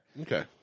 Okay